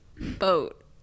Boat